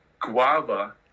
guava